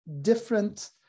different